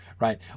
right